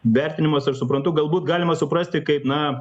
vertinimas aš suprantu galbūt galima suprasti kaip na